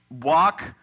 walk